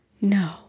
No